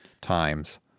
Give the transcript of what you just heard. times